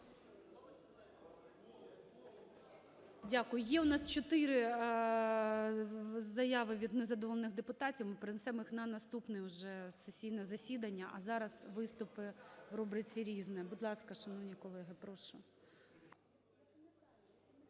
Дякую. Є у нас чотири заяви від незадоволених депутатів, ми перенесемо їх на наступне уже сесійне засідання. А зараз виступи в рубриці "Різне". Будь ласка, шановні колеги. Прошу.